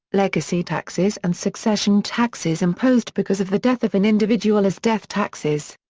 legacy taxes and succession taxes imposed because of the death of an individual as death taxes.